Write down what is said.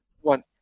One